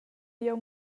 jeu